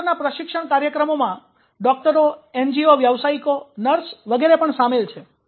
આ પ્રકારના પ્રશિક્ષણ કાર્યક્રમોમાં ડોકટરો એનજીઓ વ્યાવસાયિકો નર્સ વગેરે પણ સામેલ છે